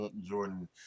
Jordan